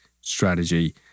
strategy